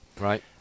Right